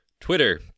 Twitter